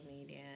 media